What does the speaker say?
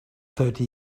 thirty